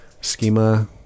Schema